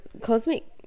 cosmic